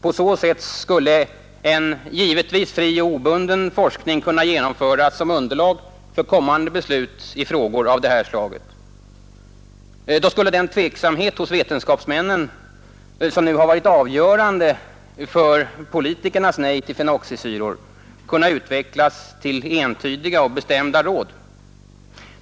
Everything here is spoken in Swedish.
På så sätt skulle en, givetvis fri och obunden, forskning kunna genomföras som underlag för kommande beslut i frågor av det här slaget. Då skulle den tveksamhet hos vetenskapsmännen, som nu har varit avgörande för politikernas nej till fenoxisyror, kunna utvecklas till entydiga och bestämda råd.